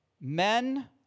men